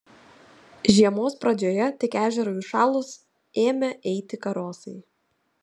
žiemos pradžioje tik ežerui užšalus ėmę eiti karosai